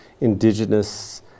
indigenous